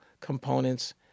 components